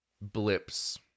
blips